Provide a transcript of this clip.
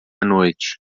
noite